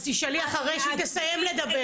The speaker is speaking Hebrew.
אז תשאלי אחרי שהיא תסיים לדבר.